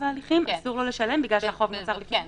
ההליכים אסור לו לשלם בגלל שהחוב נוצר לפני כן?